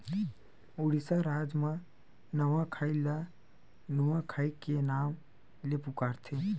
उड़ीसा राज म नवाखाई ल नुआखाई के नाव ले पुकारथे